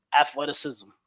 athleticism